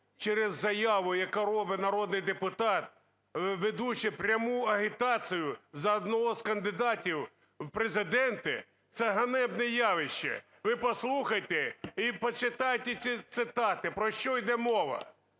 через заяву, яку робить народний депутат, ведучи пряму агітацію за одного з кандидатів в Президенти. Це ганебне явище. Ви послухайте і почитайте ці цитати, про що йде мова.